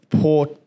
poor